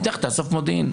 לך, תאסוף מודיעין.